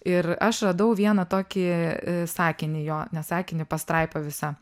ir aš radau vieną tokį sakinį jo ne sakinį pastraipą visą